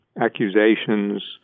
accusations